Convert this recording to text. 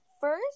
first